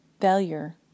Failure